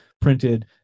printed